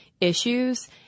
issues